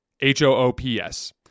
H-O-O-P-S